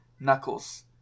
Knuckles